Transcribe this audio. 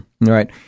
right